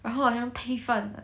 然后好像配饭 ah